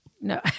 No